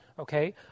Okay